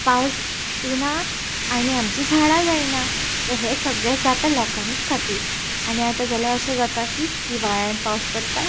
पावस येना आनी आमचीं झाडां जायना आतां हें सगळें जाता लोकां खातीर आनी आतां जाल्यार अशें जाता की हिवाळ्यांत पावस पडटा